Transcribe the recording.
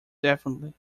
definitely